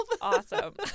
Awesome